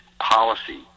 policy